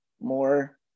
more